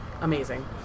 amazing